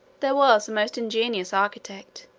there was a most ingenious architect,